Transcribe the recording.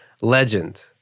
Legend